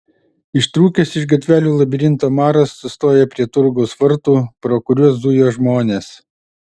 ištrūkęs iš gatvelių labirinto maras sustojo prie turgaus vartų pro kuriuos zujo žmonės